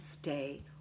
stay